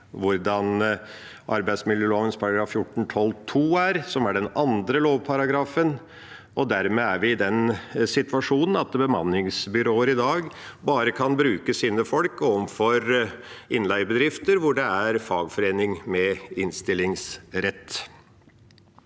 hvordan arbeidsmiljøloven § 14-12 andre ledd er – det er den andre lovparagrafen – og dermed er vi i den situasjonen at bemanningsbyråer i dag bare kan bruke sine folk overfor innleiebedrifter hvor det er fagforening med innstillingsrett.